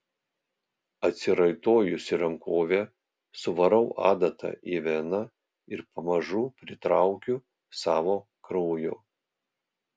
atsiraitojusi rankovę suvarau adatą į veną ir pamažu pritraukiu savo kraujo